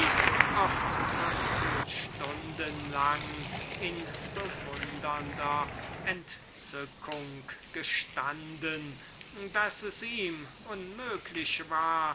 oft viertelstunden lang in bewundernder entzückung gestanden daß es ihm unmöglich war